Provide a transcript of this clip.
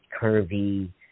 curvy